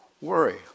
worry